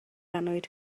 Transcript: annwyd